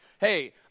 Hey